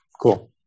Cool